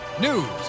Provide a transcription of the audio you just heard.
news